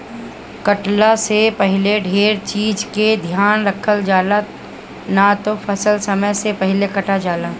कटला से पहिले ढेर चीज के ध्यान रखल जाला, ना त फसल समय से पहिले कटा जाला